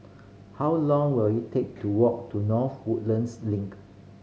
how long will it take to walk to North Woodlands Link